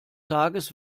tages